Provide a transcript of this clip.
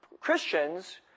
Christians